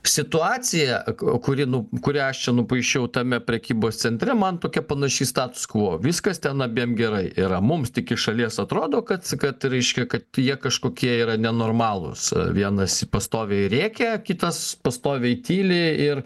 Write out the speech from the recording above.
situacija k kuri nu kurią aš čia nupaišiau tame prekybos centre man tokia panaši į status quo viskas ten abiem gerai yra mums tik iš šalies atrodo kad kad reiškia kad jie kažkokie yra nenormalūs vienas pastoviai rėkia kitas pastoviai tyli ir